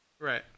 Right